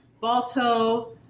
Balto